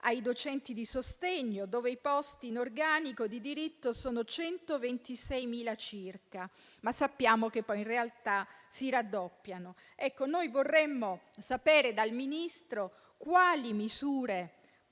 ai docenti di sostegno. I posti in organico di diritto sono circa 126.000, ma sappiamo che poi in realtà si raddoppiano. Vorremmo sapere dal Ministro quali misure